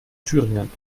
thüringen